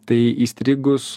tai įstrigus